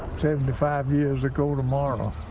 seventy five years ago, tomorrow,